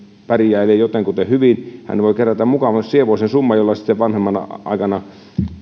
pärjäilee jotenkuten hyvin hän voi kerätä mukavan sievoisen summan jolla sitten myöhempänä aikana